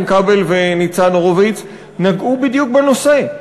כבל וניצן הורוביץ נגעו בדיוק בנושא,